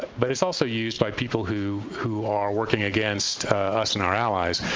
but it's also used by people who who are working against us and our allies.